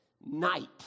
night